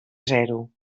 zero